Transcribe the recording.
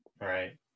Right